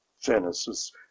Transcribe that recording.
Genesis